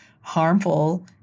harmful